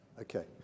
Okay